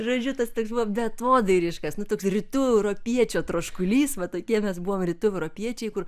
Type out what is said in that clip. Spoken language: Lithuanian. žodžiu tas toks buvo beatodairiškas nu toks rytų europiečio troškulys va tokie mes buvom rytų europiečiai kur